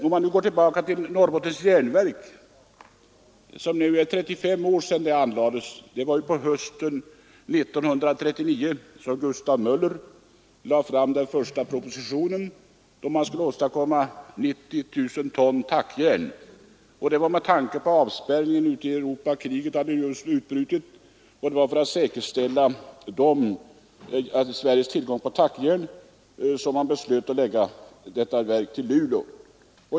Det är nu 35 år sedan Norrbottens järnverk anlades. Det var på hösten 1939 som Gustav Möller lade fram den första propositionen om att man skulle åstadkomma 90 000 ton tackjärn. Andra världskriget hade just utbrutit och avspärrning rådde. Det var alltså för att säkerställa Sveriges tillgång på tackjärn som man beslöt förlägga detta järnverk till Luleå.